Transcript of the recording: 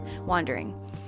wandering